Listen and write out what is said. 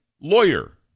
lawyer